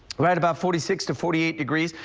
about about forty six to forty eight degrees.